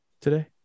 today